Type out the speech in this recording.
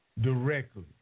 directly